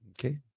Okay